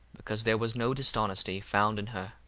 because there was no dishonesty found in her.